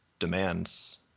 demands